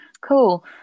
cool